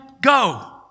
go